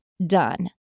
Done